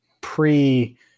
pre